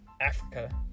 Africa